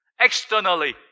externally